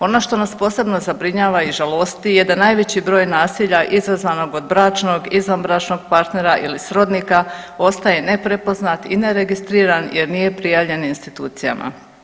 Ono što nas posebno zabrinjava i žalosti je da najveći broj nasilja izazvanog od bračnog, izvanbračnog partnera ili srodnika ostaje neprepoznat i neregistriran jer nije prijavljen institucijama.